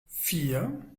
vier